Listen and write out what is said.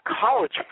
college